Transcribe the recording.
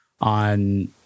on